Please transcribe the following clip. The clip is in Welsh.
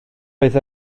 oedd